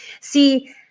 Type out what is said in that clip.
See